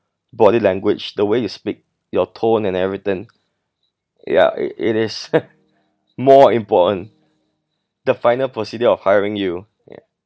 body language the way you speak your tone and everything ya it it is more important the final procedure of hiring you ya